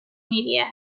media